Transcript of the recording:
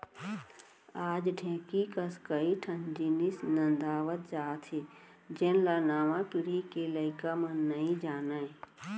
आज ढेंकी कस कई ठन जिनिस नंदावत जात हे जेन ल नवा पीढ़ी के लइका मन नइ जानयँ